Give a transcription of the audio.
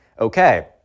okay